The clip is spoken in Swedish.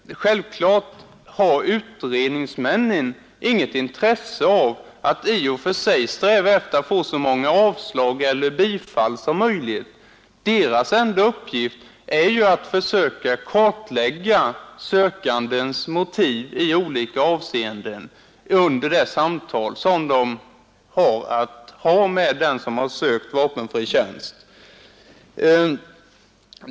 Utredningsmännen har självfallet inget intresse av att sträva efter att få så många avslag eller bifall som möjligt: deras enda uppgift är att, under det samtal de har att föra med den som söker vapenfri tjänst, försöka kartlägga sökandens motiv i olika avseenden.